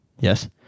yes